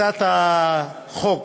הצעות החוק